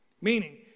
Meaning